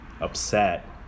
upset